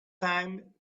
time